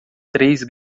três